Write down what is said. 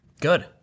Good